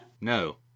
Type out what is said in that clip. No